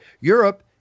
Europe